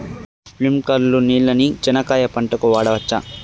స్ప్రింక్లర్లు నీళ్ళని చెనక్కాయ పంట కు వాడవచ్చా?